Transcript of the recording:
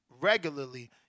regularly